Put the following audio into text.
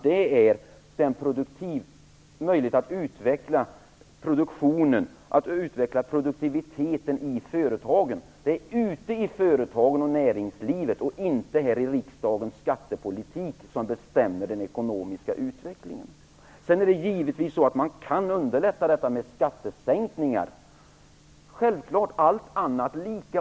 Det är möjligheten att utveckla produktionen, att utveckla produktiviteten i företagen. Det är ute i företagen och näringslivet och inte i riksdagens skattepolitik som den ekonomiska utvecklingen bestäms. Det är givetvis så att man kan underlätta detta skattesänkningar, självfallet.